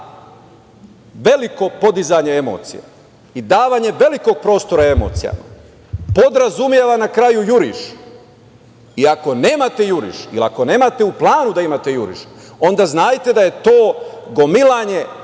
da veliko podizanje emocije i davanje velikog prostora emocijama podrazumeva na kraju juriš. I ako nemate juriš ili ako nemate u planu da imate juriš, onda znajte da je to gomilanje, opasno